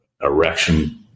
erection